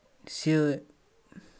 तऽ हम ओ चश्मा औडर कए देलहुॅं